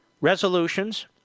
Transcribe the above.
resolutions